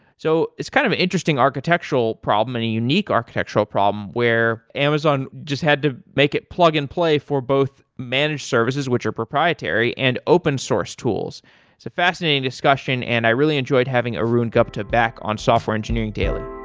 so it's kind of an interesting architectural problem and a unique architectural problem where amazon just had to make it plug and play for both managed services, which are proprietary and open source tools. it's a fascinating discussion and i really enjoyed having ah arun gupta back on software engineering daily